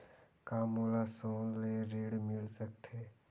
का मोला सोना ले ऋण मिल सकथे?